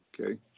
Okay